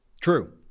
true